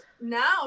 now